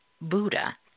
Buddha